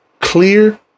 clear